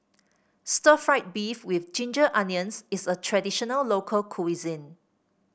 Stir Fried Beef with Ginger Onions is a traditional local cuisine